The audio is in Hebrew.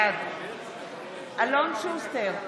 בעד אלון שוסטר,